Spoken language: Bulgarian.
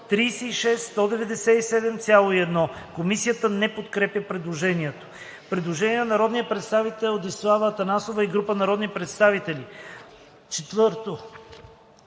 „-36 197,1” Комисията не подкрепя предложението. Предложение на народния представител Десислава Атанасова и група народни представители: „VI.